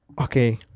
Okay